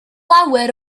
lawer